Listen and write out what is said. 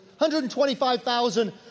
125,000